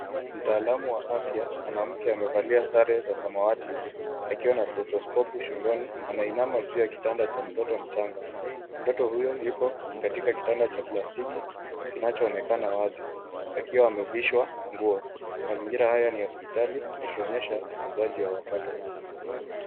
Mtaalam wa afya mwanamke amevalia sare za samawati akiwa na stethoskopu shingoni anainama juu ya kitanda cha mtoto mchanga. Mtoto huyo yuko katika kitanda cha plastiki kinachoonekana wazi akiwa amevishwa nguo. Mazingira haya ni ya hospitali yakionyesha utunzaji wa watoto.